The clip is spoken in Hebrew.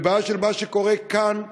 זו בעיה של מה שקורה כאן: